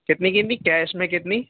کتنی کتنی کیش میں کتنی